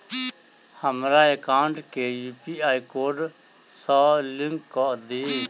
हमरा एकाउंट केँ UPI code सअ लिंक कऽ दिऽ?